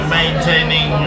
maintaining